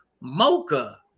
Mocha